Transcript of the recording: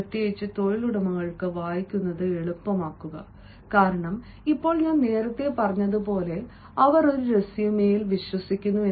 പ്രത്യേകിച്ച് തൊഴിലുടമകൾക്ക് വായിക്കുന്നത് എളുപ്പമാക്കുക കാരണം ഇപ്പോൾ ഞാൻ നേരത്തെ പറഞ്ഞതുപോലെ അവർ ഒരു റെസ്യുമെയിൽ വിശ്വസിക്കുന്നു